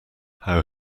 how